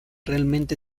realmente